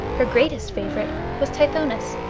her greatest favorite was tithonus,